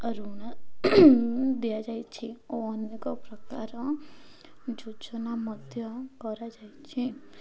ଋଣ ଦିଆଯାଇଛି ଓ ଅନେକ ପ୍ରକାର ଯୋଜନା ମଧ୍ୟ କରାଯାଇଛି